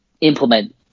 implement